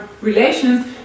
relations